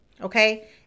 okay